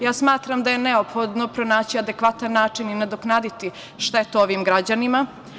Ja smatram da je neophodno pronaći adekvatan način i nadoknaditi štetu ovim građanima.